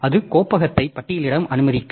அது கோப்பகத்தையும் பட்டியலிட அனுமதிக்கும்